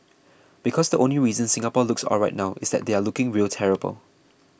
because the only reason Singapore looks alright now is that they are looking real terrible